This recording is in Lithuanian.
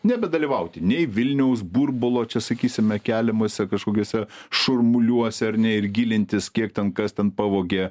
nebedalyvauti nei vilniaus burbulo čia sakysime keliamuose kažkokiuose šurmuliuose ar ne ir gilintis kiek ten kas ten pavogė